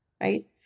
right